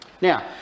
now